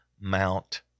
Mount